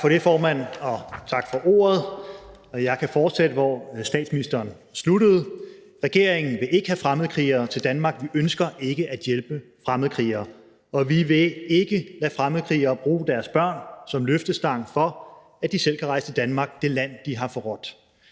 Tak for det, formand, og tak for ordet. Jeg kan fortsætte, hvor statsministeren sluttede. Regeringen vil ikke have fremmedkrigere til Danmark. Vi ønsker ikke at hjælpe fremmedkrigere, og vi vil ikke lade fremmedkrigere bruge deres børn som løftestang til, at de selv kan rejse til Danmark – det land, de har forrådt.